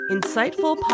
Insightful